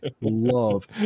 love